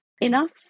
enough